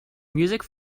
music